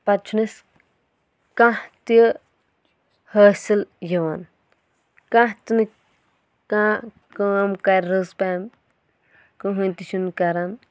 پَتہٕ چھُنہٕ أسۍ کانٛہہ تہِ حٲصِل یِوان کانٛہہ تہِ نہٕ کانٛہہ کٲم کَرِ رٕژ پَہَن کٕہیٖنۍ تہِ چھُنہٕ کَران